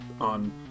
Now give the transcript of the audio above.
on